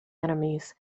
enemies